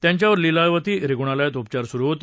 त्यांच्यावर लीलावती रुग्णालयात उपचार सुरू होते